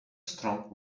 strong